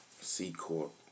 C-Corp